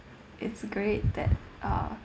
it's great that uh